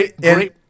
Great